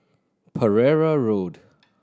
Pereira Road